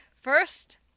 First